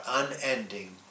unending